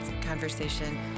conversation